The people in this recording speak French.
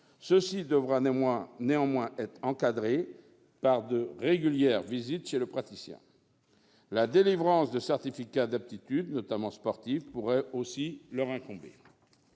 suivi devra néanmoins être encadré par des visites régulières chez le praticien. La délivrance de certificats d'aptitude, notamment sportive, pourrait aussi leur incomber.